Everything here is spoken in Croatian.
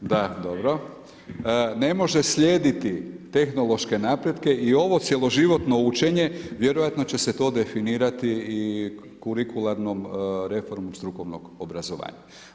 da dobro, ne može slijediti tehnološko napretke i ovo cijeloživotno učenje vjerojatno će se to definirati i kurikularnoj reformom strukovnog obrazovanja.